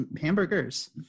hamburgers